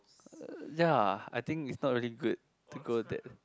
uh ya I think it's not really good to go that